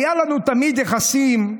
היו לנו תמיד יחסים,